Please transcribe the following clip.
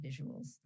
visuals